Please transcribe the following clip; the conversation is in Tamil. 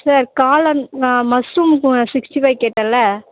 சார் காளான் நான் மஷ்ரூம் சிக்ஸ்ட்டி ஃபை கேட்டேன்ல